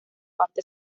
parte